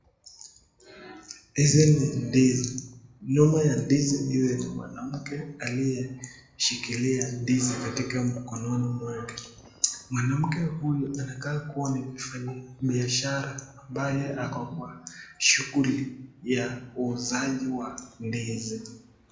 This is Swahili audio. Hizi ni ndizi. Nyuma ya ndizi hizi ni mwanamke aliyeshikilia ndizi katika mkononi mwake. Mwanamke huyu anakaa kuwa ni mfanyibiashara ambaye ako kwa shughuli ya uuzaji wa ndizi.